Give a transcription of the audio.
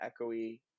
echoey